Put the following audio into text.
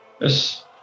yes